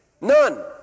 none